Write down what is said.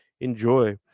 Enjoy